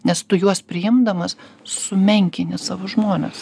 nes tu juos priimdamas sumenkini savo žmones